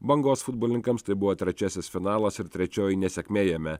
bangos futbolininkams tai buvo trečiasis finalas ir trečioji nesėkmė jame